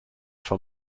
for